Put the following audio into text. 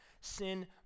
sin